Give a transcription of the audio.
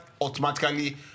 automatically